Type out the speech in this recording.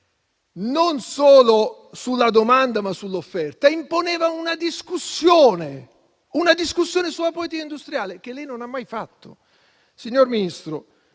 non solo sulla domanda ma sull'offerta, imponeva una discussione sulla politica industriale, che lei non ha mai fatto. Signor Ministro,